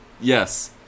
Yes